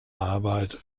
arbeit